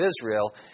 Israel